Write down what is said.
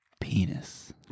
Penis